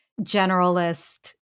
generalist